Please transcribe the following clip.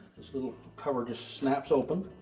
this little cover just snaps open,